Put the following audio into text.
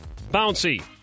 Bouncy